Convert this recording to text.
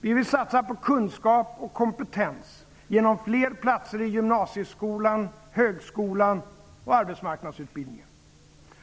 Vi vill satsa på kunskap och kompetens, genom fler platser i gymnasieskolan, högskolan och arbetsmarknadsutbildningen.